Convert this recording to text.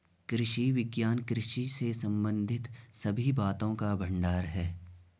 कृषि विज्ञान कृषि से संबंधित सभी बातों का भंडार है